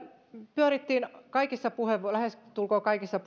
pyörittiin lähestulkoon kaikissa